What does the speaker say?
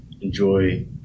enjoy